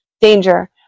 danger